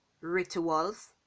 rituals